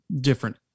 different